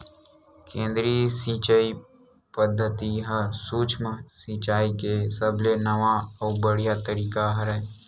केदरीय सिचई पद्यति ह सुक्ष्म सिचाई के सबले नवा अउ बड़िहा तरीका हरय